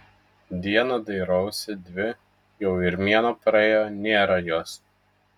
dieną dairausi dvi jau ir mėnuo praėjo nėra jos